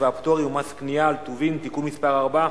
והפטורים ומס קנייה על טובין (תיקון מס' 4),